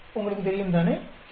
உங்களுக்குத் தெரியும்தானே சரியா